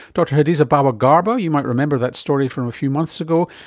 dr hadiza bawa-garba, you might remember that story from a few months ago,